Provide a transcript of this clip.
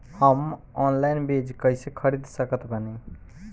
हम ऑनलाइन बीज कइसे खरीद सकत बानी?